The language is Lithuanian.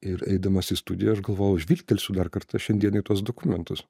ir eidamas į studiją aš galvojau žvilgtelsiu dar kartą šiandien į tuos dokumentus